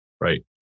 Right